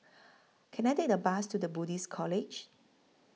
Can I Take A Bus to The Buddhist College